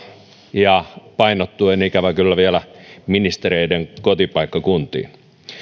ja painottuen ikävä kyllä vielä ministereiden kotipaikkakuntiin